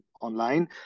online